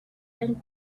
and